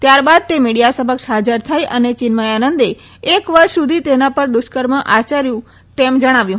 ત્યારબાદ તે મીડિયા સમક્ષ હાજર થઈ અને ચિન્મયાનંદે એક વર્ષ સુધી તેના પર દુષ્કર્મ આચર્યું તેમ જણાવ્યું